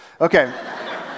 Okay